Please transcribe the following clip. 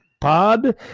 Pod